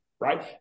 right